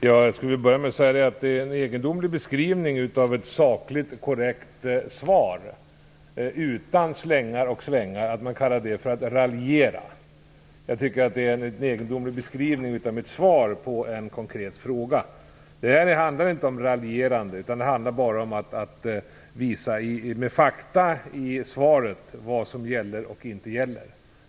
Fru talman! Jag vill börja med att säga att det var en egendomlig beskrivning av ett sakligt och korrekt svar utan slängar och svängar, att man kallar det för att raljera. Det här handlar inte om raljerande, utan det handlar om att i svaret visa med fakta vad som gäller och inte gäller.